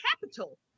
capital